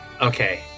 okay